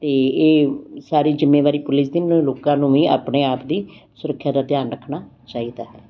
ਅਤੇ ਇਹ ਸਾਰੀ ਜਿੰਮੇਵਾਰੀ ਪੁਲਿਸ ਦੀ ਉਹਨਾਂ ਲੋਕਾਂ ਨੂੰ ਵੀ ਆਪਣੇ ਆਪ ਦੀ ਸੁਰੱਖਿਆ ਦਾ ਧਿਆਨ ਰੱਖਣਾ ਚਾਹੀਦਾ ਹੈ